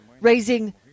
raising